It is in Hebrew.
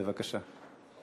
בבקשה.